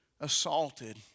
assaulted